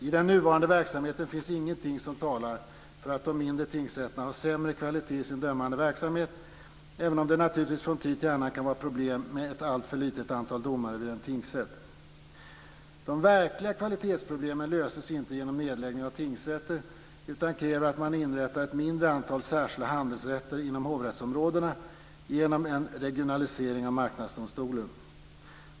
I den nuvarande verksamheten finns ingenting som talar för att de mindre tingsrätterna har sämre kvalitet i sin dömande verksamhet, även om det naturligtvis från tid till annan kan vara problem med ett alltför litet antal domare vid en tingsrätt. De verkliga kvalitetsproblemen löses inte genom nedläggning av tingsrätter, utan det krävs att man inrättar ett mindre antal särskilda handelsrätter inom hovrättsområdena genom en regionalisering av Marknadsdomstolen.